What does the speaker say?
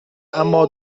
امّا